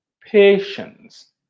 patience